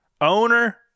owner